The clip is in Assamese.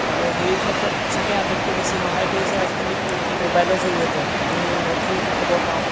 আৰু সেই ক্ষেত্ৰত চাগে আটাইতকৈ বেছি সহায় কৰিছে আজিকালি মোবাইলৰ জৰিয়তে আমি বহুতখিনি খবৰ পাওঁ